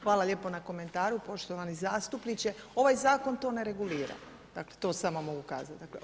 Hvala lijepo na komentaru poštovani zastupniče, ovaj zakon to ne regulira, dakle, to samo mogu kazati.